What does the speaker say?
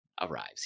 arrives